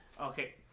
Okay